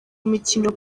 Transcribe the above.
mikino